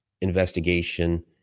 investigation